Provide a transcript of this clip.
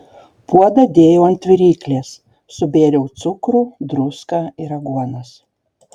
puodą dėjau ant viryklės subėriau cukrų druską ir aguonas